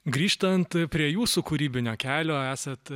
grįžtant prie jūsų kūrybinio kelio esat